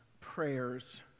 prayers